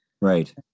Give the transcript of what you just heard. Right